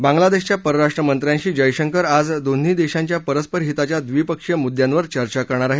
बांगलादेशच्या परराष्ट्रमंत्र्यांशी जयशंकर आज दोन्ही देशांच्या परस्परहिताच्या द्वीपक्षीय मुद्यांवर चर्चा करणार आहेत